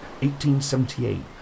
1878